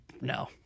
no